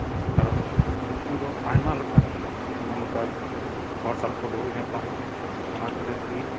ᱠᱟᱨᱚᱱ ᱩᱱᱠᱩ ᱫᱚ ᱟᱭᱢᱟ ᱞᱮᱠᱟᱱ ᱱᱚᱜᱼᱚ ᱱᱚᱝᱠᱟᱱ ᱦᱚᱲ ᱥᱟᱞᱟᱜ ᱠᱚ ᱫᱩᱲᱩᱵᱽ ᱧᱟᱯᱟᱢᱚᱜᱼᱟ ᱚᱱᱟ ᱠᱷᱟᱹᱛᱤᱨ ᱛᱮᱜᱮ